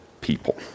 people